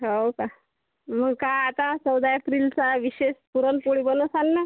हो का मग काय आता चौदा एप्रिलचा विशेष पुरणपोळी बनवशाल ना